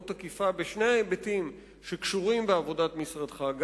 תקיפה בשני ההיבטים שקשורים בעבודת משרדך,